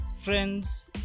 Friends